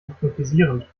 hypnotisierend